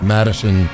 Madison